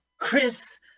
Chris